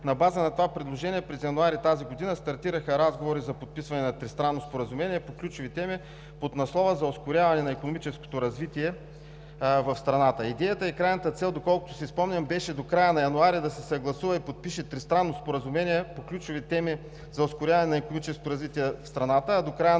На база на това предложение през януари тази година стартираха разговори за подписване на тристранно споразумение по ключови теми под надслова „За ускоряване на икономическото развитие в страната“. Идеята и крайната цел, доколкото си спомням, беше до края на януари да се съгласува и подпише тристранно споразумение по ключови теми за ускоряване на икономическото развитие в страната, а до края